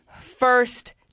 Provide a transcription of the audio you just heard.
first